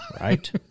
Right